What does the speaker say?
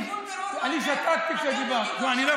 אני שתקתי כשדיברת.